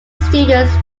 students